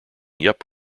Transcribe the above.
yep